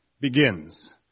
begins